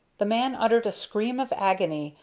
the man uttered a scream of agony,